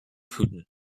putin